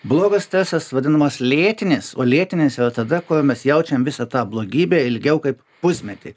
blogas stresas vadinamas lėtinis o lėtinis yra tada kuo mes jaučiam visą tą blogybę ilgiau kaip pusmetį